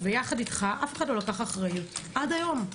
ויחד אתך אף אחד לא לקח אחריות עד היום.